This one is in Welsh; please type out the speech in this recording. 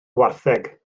gwartheg